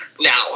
Now